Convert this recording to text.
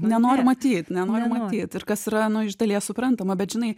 nenoriu matyt nenoriu matyt ir kas yra nu iš dalies suprantama bet žinai